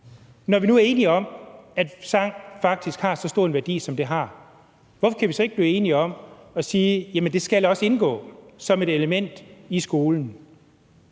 Når vi nu er enige om, at sang faktisk har så stor en værdi, som det har, hvorfor kan vi så ikke blive enige om at sige: Jamen det skal også indgå som et element i skolen?